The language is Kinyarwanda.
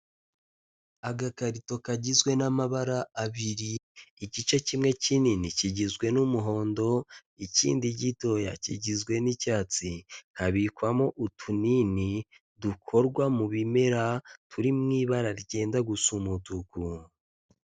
Agakarito kagizwe n'amabara abiri igice kimwe kinini kigizwe n'umuhondo, ikindi gitoya kigizwe n'icyatsi, habikwamo utunini dukorwa mu bimera turi mu ibara ryenda gusa umutuku.